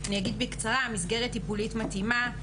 אני אגיד בקצרה, "מסגרת טיפולית מתאימה"